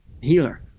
healer